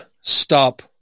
stop